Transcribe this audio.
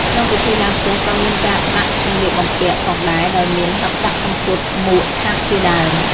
ក្នុងពិធីឡើងផ្ទះក៏មានការដាក់សម្លៀកបំពាក់ផងដែរ ដោយមាន ហិបដាក់សំពត់ មួក ឆ័ត្រជាដើម។